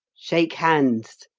shake hands,